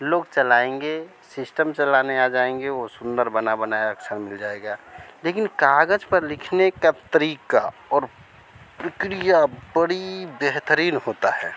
लोग चलाएंगे सिश्टम चलाने आ जाएंगे वो सुन्दर बना बनाया अक्षर मिल जाएगा लेकिन काग़ज़ पर लिखने का तरीक़ा और प्रक्रिया बड़ी बेहतरीन होती है